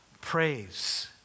praise